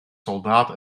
soldaat